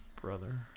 brother